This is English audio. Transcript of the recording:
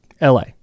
LA